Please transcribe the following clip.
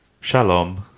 Shalom